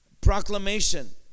Proclamation